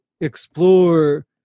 explore